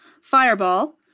Fireball